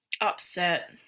upset